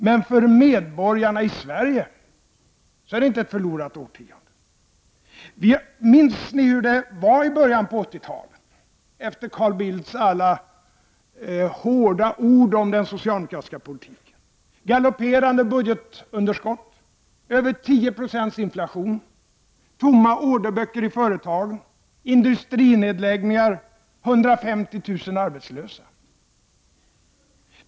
Men för medborgarna i Sverige är det inte ett förlorat årtionde. Minns ni, efter Carl Bildts alla hårda ord om den socialdemokratiska politiken, hur det var i början av 80-talet? Galopperande budgetunderskott, över 10 96 inflation, tomma orderböcker i företagen, industrinedläggningar, 150 000 arbetslösa.